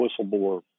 whistleblower